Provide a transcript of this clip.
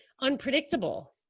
unpredictable